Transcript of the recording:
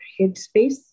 Headspace